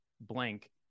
blank